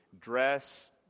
dress